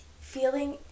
Feeling